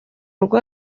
rugo